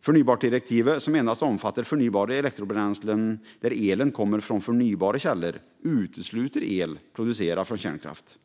Förnybartdirektivet, som endast omfattar förnybara elektrobränslen där elen kommer från förnybara källor, utesluter el producerad från kärnkraft.